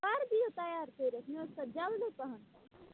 کَر دِیِو تَیار کٕرِتھ مےٚ اوس تَتھ جَلدی پَہَم